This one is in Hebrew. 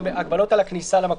ההגבלות על הכניסה למקום.